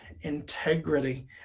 integrity